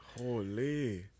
Holy